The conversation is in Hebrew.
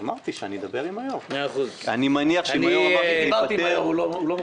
דיברתי, הוא לא מוכן.